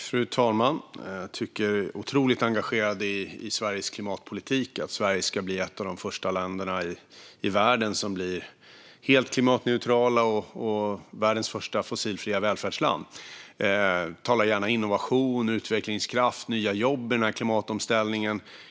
Fru talman! Jag är otroligt engagerad i Sveriges klimatpolitik, att Sverige ska bli ett av de första länderna i världen som blir helt klimatneutralt och världens första fossilfria välfärdsland. Jag talar gärna innovation, utvecklingskraft och nya jobb i den här klimatomställningen.